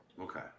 Okay